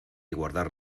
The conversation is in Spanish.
guardar